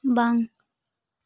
ᱵᱟᱝ